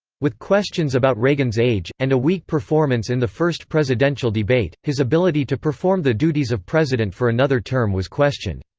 with questions about reagan's age, and a weak performance in the first presidential debate, his ability to perform the duties of president for another term was questioned.